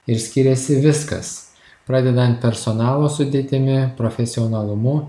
ir skiriasi viskas pradedant personalo sudėtimi profesionalumu